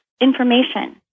information